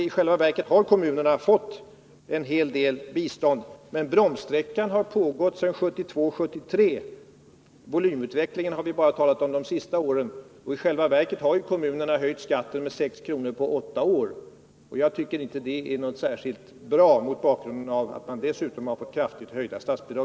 I själva verket har kommunerna fått en hel del bistånd. Bromssträckan har pågått sedan 1972/73. Volymutvecklingen har vi talat om bara under de senaste åren. Kommunerna har höjt skatten med 6 kr. på åtta år, och jag tycker inte att det är särskilt bra mot bakgrund av att de samtidigt hela tiden har fått kraftigt höjda statsbidrag.